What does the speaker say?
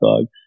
dog